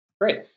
great